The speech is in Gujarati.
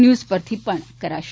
ન્યુઝ પરથી પણ કરાશે